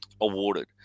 awarded